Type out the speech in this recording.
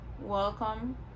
welcome